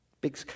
Big